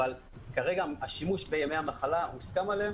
אבל כרגע השימוש בימי המחלה הוסכם עליהם,